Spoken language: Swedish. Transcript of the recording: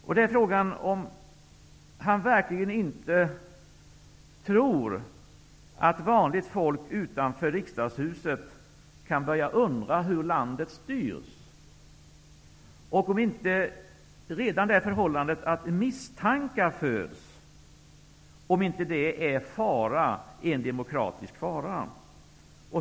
Tror tredje vice talmannen verkligen inte att vanligt folk utanför Riksdagshuset kan börja undra hur landet styrs och om inte redan det förhållandet att misstankar föds utgör en fara för demokratin?